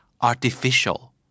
artificial